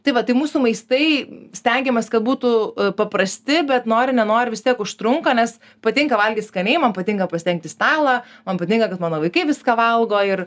tai vat tai mūsų maistai stengiamės kad būtų paprasti bet nori nenori vis tiek užtrunka nes patinka valgyt skaniai man patinka pasidengti stalą man patinka kad mano vaikai viską valgo ir